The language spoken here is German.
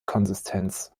konsistenz